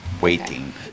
waiting